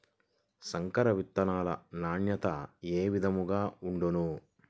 సంకర విత్తనాల నాణ్యత ఏ విధముగా ఉండును?